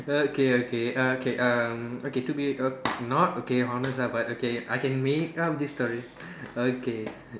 okay okay uh okay um okay to be not okay honest lah but okay I can make up this story okay